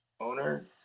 owner